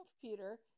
computer